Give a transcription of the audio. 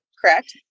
correct